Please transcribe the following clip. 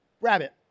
Rabbit